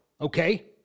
okay